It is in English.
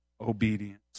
Obedience